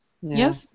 Yes